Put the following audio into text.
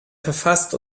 verfasst